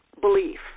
belief